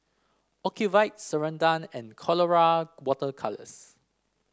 Ocuvite Ceradan and Colora Water Colours